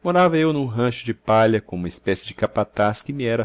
morava eu num rancho de palha com uma espécie de capataz que me era